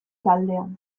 taldean